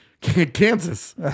Kansas